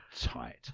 tight